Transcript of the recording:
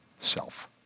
self